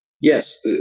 Yes